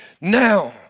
Now